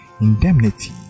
indemnity